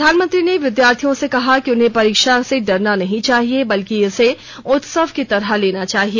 प्रधानमंत्री ने विद्यार्थियों से कहा है कि उन्हें परीक्षा से डरना नहीं चाहिए बल्कि इसे उत्सव की तरह लेना चाहिए